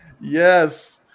Yes